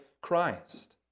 Christ